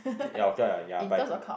ya okay lah ya by